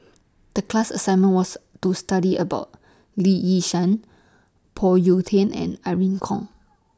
The class assignment was to study about Lee Yi Shyan Phoon Yew Tien and Irene Khong